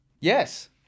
Yes